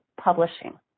Publishing